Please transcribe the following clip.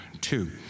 two